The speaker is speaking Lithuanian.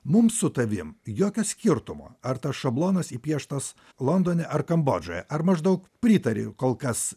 mums su tavim jokio skirtumo ar tas šablonas įpieštas londone ar kambodžoje ar maždaug pritari kol kas